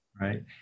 Right